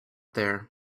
there